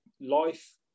life